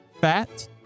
fat